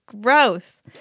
Gross